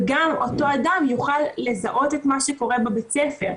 וגם אותו אדם יוכל לזהות את מה שקורה בבית הספר.